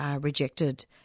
rejected